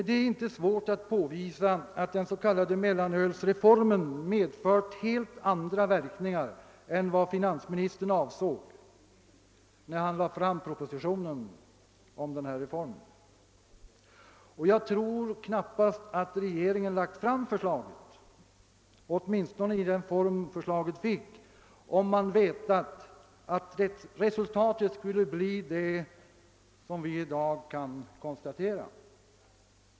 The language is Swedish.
Det är inte svårt att påvisa att den s.k. mellanölsreformen medfört helt andra verkningar än finansministern avsåg, när han lade fram propositionen om denna reform. Jag tror knappast att regeringen hade lagt fram förslaget, åtminstone inte i den form det fick, om man vetat att resultatet skulle bli det som vi i dag kan konstatera.